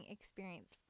experience